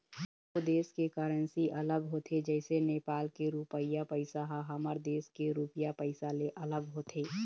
सब्बो देस के करेंसी अलग होथे जइसे नेपाल के रुपइया पइसा ह हमर भारत देश के रुपिया पइसा ले अलग होथे